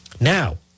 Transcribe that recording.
Now